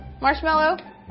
marshmallow